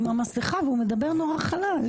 הוא עם המסכה והוא מדבר נורא חלש.